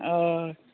हय